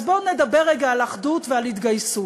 אז בואו נדבר רגע על אחדות ועל התגייסות.